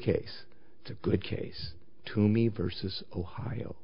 case to a good case to me versus ohio